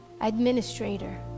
administrator